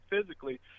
physically